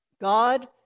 God